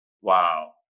wow